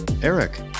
Eric